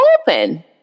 open